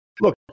Look